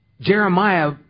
Jeremiah